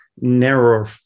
narrower